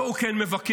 אותו הוא כן מבקר.